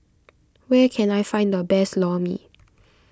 where can I find the best Lor Mee